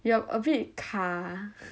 you are a bit 卡